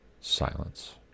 silence